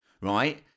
right